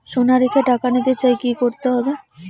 সোনা রেখে টাকা নিতে চাই কি করতে হবে?